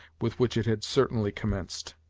with which it had certainly commenced.